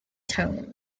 tones